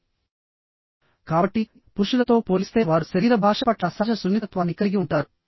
కాబట్టి పురుషులతో పోలిస్తే వారు శరీర భాష పట్ల సహజ సున్నితత్వాన్ని కలిగి ఉంటారు